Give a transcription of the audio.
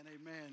Amen